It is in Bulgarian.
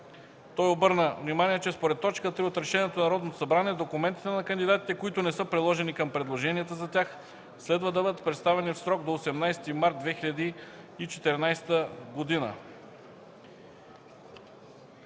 Той обърна внимание, че според т. 3 от Решението на Народното събрание, документите на кандидатите, които не са приложени към предложенията за тях, следва да бъдат представени в срок до 18 март 2014 г.